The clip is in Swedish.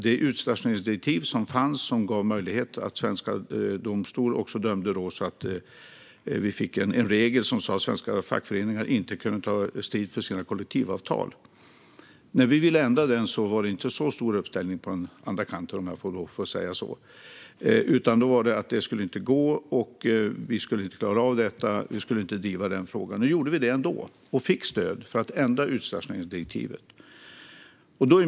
Det utstationeringsdirektiv som fanns gav möjlighet för svenska domstolar att döma så att vi fick en regel som sa att svenska fackföreningar inte kunde ta strid för sina kollektivavtal. När vi ville ändra det var det inte så stor uppställning på den andra kanten, om jag får lov att säga så, utan då hette det att det inte skulle gå och att vi inte skulle klara av det. Vi skulle inte driva den frågan. Nu gjorde vi det ändå - och fick stöd för att ändra utstationeringsdirektivet.